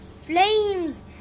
Flames